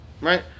right